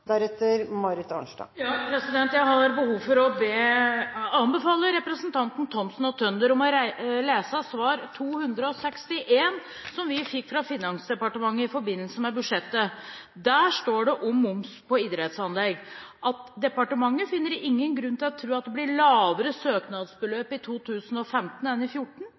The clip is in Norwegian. Jeg har behov for å anbefale representantene Thomsen og Tønder å lese svar 261, som vi fikk fra Finansdepartementet i forbindelse med budsjettet. Der står det om moms på idrettsanlegg at departementet finner ingen grunn til å tro at det blir lavere søknadsbeløp i 2015 enn i